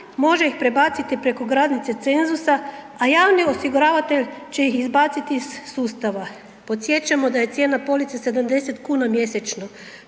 može ih prebaciti preko granice cenzusa, a javni osiguravatelj će ih izbaciti iz sustava. Podsjećamo da je cijena police 70,00 kn mjesečno,